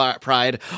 Pride